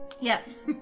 Yes